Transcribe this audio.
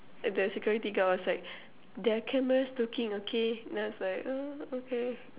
and the security guard was like there are cameras looking okay and I was like oh okay